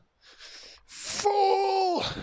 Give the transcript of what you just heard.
Fool